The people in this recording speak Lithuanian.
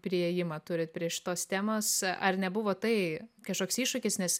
priėjimą turit prie šitos temos ar nebuvo tai kažkoks iššūkis nes